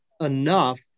enough